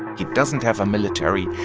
he doesn't have a military.